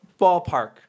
ballpark